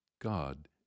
God